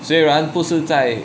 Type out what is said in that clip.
虽然不是在